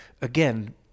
again